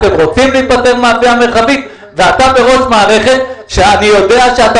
אתם רוצים להיפטר מהמאפייה המרחבית ואתה בראש מערכת שאני יודע שאתה